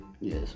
yes